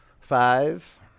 Five